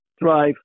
drive